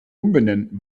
umbenennen